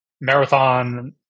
Marathon